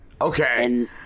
Okay